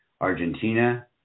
Argentina